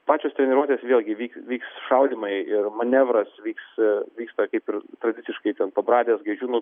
pačios treniruotės vėlgi vyks vyks šaudymai ir manevras vyks vyksta kaip ir tradiciškai ten pabradės gaižiūnų